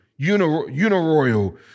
Uniroyal